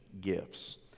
gifts